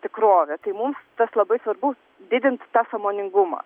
tikrovė tai mums tas labai svarbus didint tą sąmoningumą